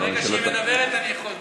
לא, ברגע שהיא מדברת אני יכול.